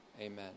amen